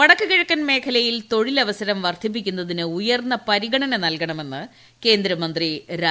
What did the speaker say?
വടക്ക് കിഴക്കൻ മേഖലയിൽ തൊഴിലവസരം വർദ്ധിപ്പിക്കുന്നതിന് ഉയർന്ന പരിഗണന നൽകണമെന്ന് കേന്ദ്രമന്ത്രി രാജ്നാഥ് സിംഗ്